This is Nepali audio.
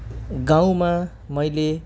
गाउँमा मैले